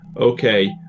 Okay